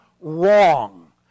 wrong